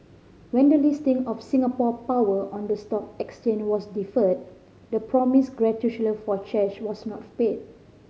when the listing of Singapore Power on the stock exchange was deferred the promised for shares was not paid